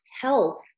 health